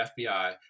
FBI